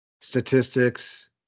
statistics